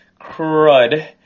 crud